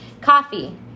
coffee